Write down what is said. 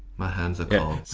my hands are